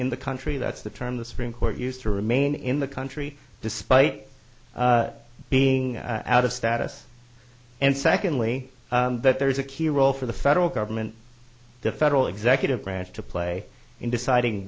in the country that's the term the supreme court used to remain in the country despite being out of status and secondly that there is a key role for the federal government the federal executive branch to play in deciding